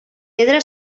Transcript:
pedra